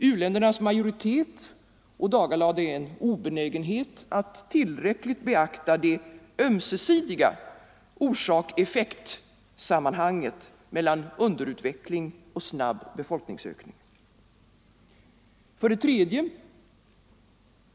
U-ländernas majoritet ådagalade en obenägenhet att tillräckligt beakta det ömsesidiga orsak-effektsammanhanget mellan underutveckling och snabb befolkningsökning. 3.